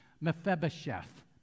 Mephibosheth